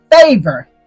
favor